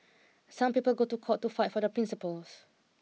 some people go to court to fight for their principles